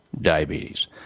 diabetes